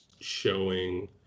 showing